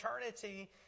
eternity